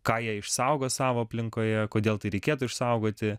ką jie išsaugo savo aplinkoje kodėl tai reikėtų išsaugoti